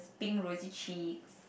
pink rosy cheeks